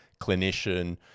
clinician